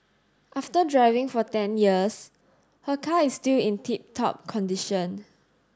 after driving for ten years her car is still in tip top condition